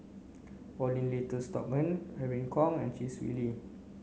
Paulin Tay Straughan Irene Khong and Chee Swee Lee